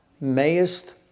mayest